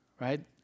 Right